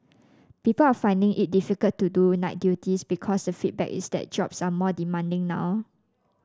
people are finding it difficult to do night duties because the feedback is that jobs are more demanding now